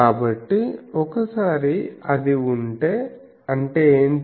కాబట్టి ఒకసారి అది ఉంటే అంటే ఏంటి